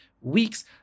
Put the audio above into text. weeks